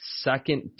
second